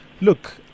Look